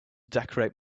decorate